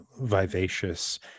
vivacious